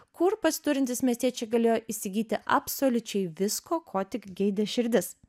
kur pasiturintys miestiečiai galėjo įsigyti absoliučiai visko ko tik geidė širdis